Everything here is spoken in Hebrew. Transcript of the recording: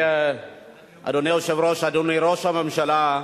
אדוני היושב-ראש, אדוני ראש הממשלה,